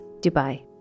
Dubai